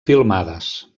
filmades